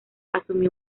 asumió